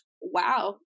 wow